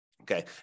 Okay